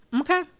Okay